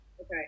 Okay